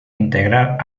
integrar